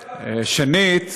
שנית,